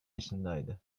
yaşındaydı